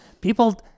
people